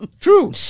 True